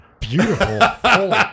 beautiful